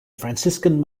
franciscan